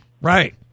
Right